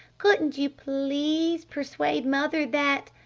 couldn't you please persuade mother that.